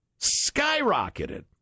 Skyrocketed